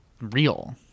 real